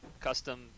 custom